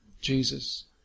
Jesus